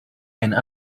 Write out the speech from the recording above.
einen